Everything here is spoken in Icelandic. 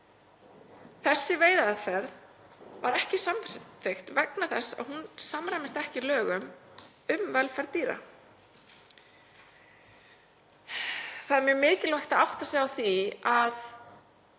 vegna þess að hún samræmist ekki lögum um velferð dýra. Það er mjög mikilvægt að átta sig á því að